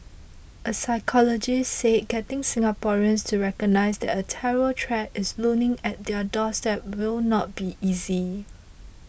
a psychologist said getting Singaporeans to recognise that a terror threat is looming at their doorstep will not be easy